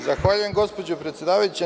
Zahvaljujem, gospođo predsedavajuća.